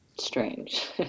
strange